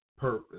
Purpose